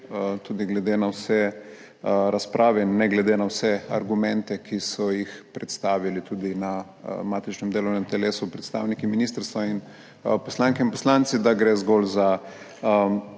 tudi glede na vse razprave in ne glede na vse argumente, ki so jih predstavili tudi na matičnem delovnem telesu predstavniki ministrstva, poslanke in poslanci, da gre zgolj za